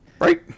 Right